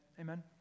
Amen